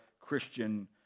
Christian